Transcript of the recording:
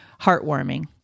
heartwarming